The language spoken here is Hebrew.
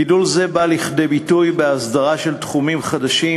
גידול זה בא לידי ביטוי בהסדרה של תחומים חדשים,